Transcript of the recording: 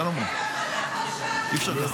--- אתה משתיק --- בבקשה, אדוני.